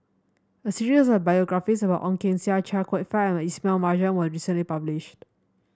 a series of biographies about Ong Keng Sen Chia Kwek Fah and Ismail Marjan was recently published